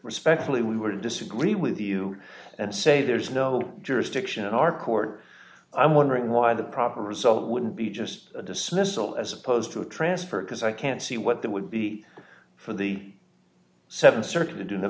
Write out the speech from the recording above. respectfully we were to disagree with you and say there's no jurisdiction in our court i'm wondering why the proper result would be just a dismissal as opposed to a transfer because i can't see what that would be for the th circuit to do that